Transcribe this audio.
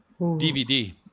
DVD